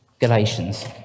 Galatians